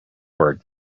word